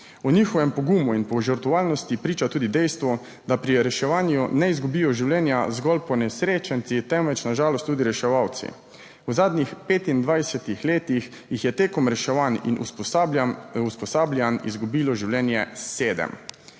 O njihovem pogumu in požrtvovalnosti priča tudi dejstvo, da pri reševanju ne izgubijo življenja zgolj ponesrečenci, temveč na žalost tudi reševalci – v zadnjih 25 letih jih je med reševanji in usposabljanji izgubilo življenje sedem.